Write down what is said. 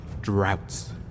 droughts